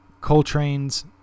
Coltrane's